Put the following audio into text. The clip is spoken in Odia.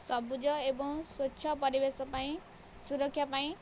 ସବୁଜ ଏବଂ ସ୍ୱଚ୍ଛ ପରିବେଶ ପାଇଁ ସୁରକ୍ଷା ପାଇଁ